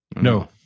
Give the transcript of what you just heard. no